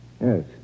Yes